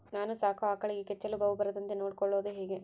ನಾನು ಸಾಕೋ ಆಕಳಿಗೆ ಕೆಚ್ಚಲುಬಾವು ಬರದಂತೆ ನೊಡ್ಕೊಳೋದು ಹೇಗೆ?